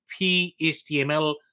phtml